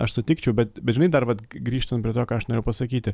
aš sutikčiau bet bet žinai dar vat grįžtant prie to ką aš norėjau pasakyti